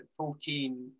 14